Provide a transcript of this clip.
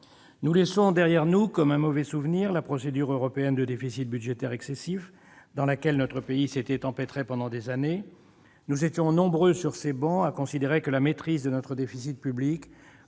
Nous laissons derrière nous, comme un mauvais souvenir, la procédure européenne de déficit budgétaire excessif, dans laquelle notre pays s'était empêtré pendant des années. Nous étions nombreux sur ces travées à considérer que la maîtrise de notre déficit public